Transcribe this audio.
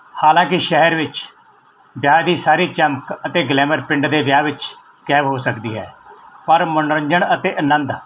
ਹਾਲਾਂਕਿ ਸ਼ਹਿਰ ਵਿੱਚ ਵਿਆਹ ਦੀ ਸਾਰੀ ਚਮਕ ਅਤੇ ਗਲੈਮਰ ਪਿੰਡ ਦੇ ਵਿਆਹ ਵਿੱਚ ਗਾਇਬ ਹੋ ਸਕਦੀ ਹੈ ਪਰ ਮਨੋਰੰਜਨ ਅਤੇ ਆਨੰਦ